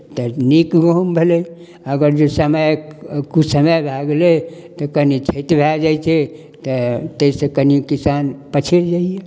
तऽ नीक गहूम भेलै अगर जे समय कुसमय भए गेलै तऽ कनि क्षति भए जाइ छै तऽ ताहिसँ कनि किसान पछड़ि जाइए